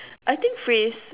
I think phrase